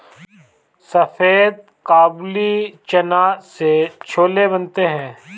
सफेद काबुली चना से छोले बनते हैं